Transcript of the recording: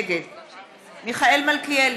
נגד מיכאל מלכיאלי,